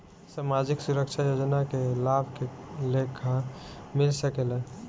सामाजिक सुरक्षा योजना के लाभ के लेखा मिल सके ला?